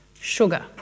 sugar